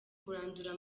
kurandura